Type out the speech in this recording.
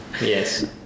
Yes